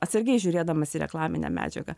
atsargiai žiūrėdamas į reklaminę medžiagą